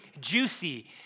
juicy